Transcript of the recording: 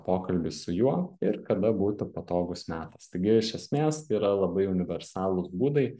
pokalbį su juo ir kada būtų patogus metas taigi iš esmės tai yra labai universalūs būdai